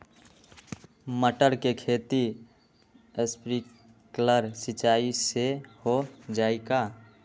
मटर के खेती स्प्रिंकलर सिंचाई से हो जाई का?